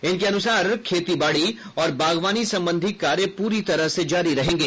इनके अनुसार खेतीबाड़ी और बागवानी संबंधी कार्य पूरी तरह से जारी रहेंगे